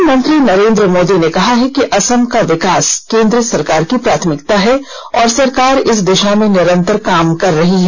प्रधानमंत्री नरेन्द्र मोदी ने कहा है कि असम का विकास केन्द्र सरकार की प्राथमिकता है और सरकार इस दिशा में निरंतर काम कर रही है